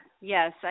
Yes